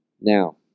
now